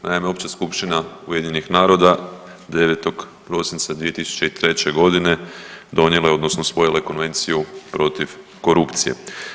Naime, Opća skupština UN-a 9. prosinca 2003.g. donijela je odnosno usvojila je Konvenciju protiv korupcije.